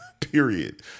period